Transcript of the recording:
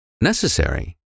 necessary